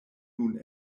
nun